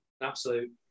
absolute